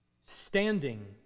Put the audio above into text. Standing